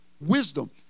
wisdom